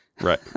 Right